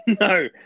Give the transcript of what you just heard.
No